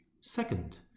Second